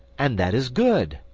and that is good.